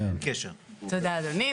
תודה, אדוני.